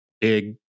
big